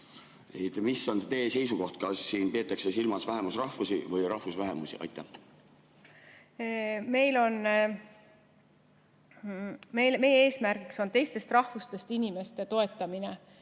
Mis on teie seisukoht? Kas siin peetakse silmas vähemusrahvusi või rahvusvähemusi? Meie eesmärgiks on teistest rahvustest inimeste toetamine